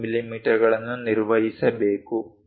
ಗಳನ್ನು ನಿರ್ವಹಿಸಬೇಕು